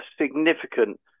significant